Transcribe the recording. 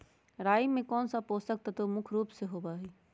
राई में कौन सा पौषक तत्व मुख्य रुप से होबा हई?